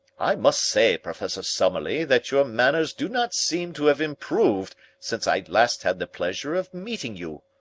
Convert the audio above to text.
i must say, professor summerlee, that your manners do not seem to have improved since i last had the pleasure of meeting you,